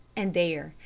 and there,